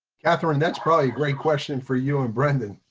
catherine, that's probably a great question for you and brendan.